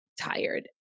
tired